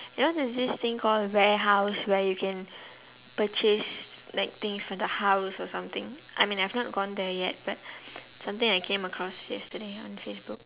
you know there's this thing called warehouse where you can purchase like things from the house or something I mean I've not gone there yet but something I came across yesterday on Facebook